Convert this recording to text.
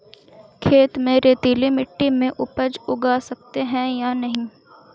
खेत में रेतीली मिटी में उपज उगा सकते हैं या नहीं?